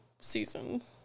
seasons